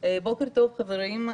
בוקר טוב, חברים.